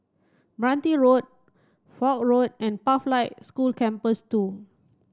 Meranti Road Foch Road and Pathlight School Campus two